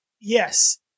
yes